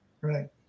Right